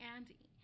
Andy